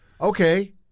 Okay